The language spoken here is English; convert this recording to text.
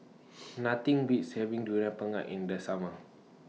Nothing Beats having Durian Pengat in The Summer